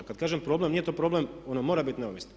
Kada kažem problem nije to problem, ono mora biti neovisno.